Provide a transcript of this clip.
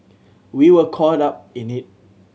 we were caught up in it